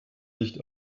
nicht